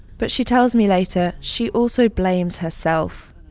but she tells me later she also blames herself.